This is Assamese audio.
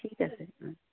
ঠিক আছে